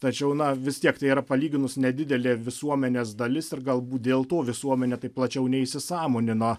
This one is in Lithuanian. tačiau na vis tiek tai yra palyginus nedidelė visuomenės dalis ir galbūt dėl to visuomenė taip plačiau neįsisąmonina